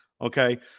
Okay